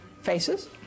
faces